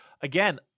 again